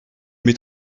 mets